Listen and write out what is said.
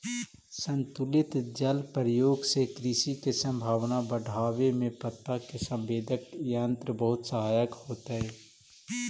संतुलित जल प्रयोग से कृषि के संभावना बढ़ावे में पत्ता के संवेदक यंत्र बहुत सहायक होतई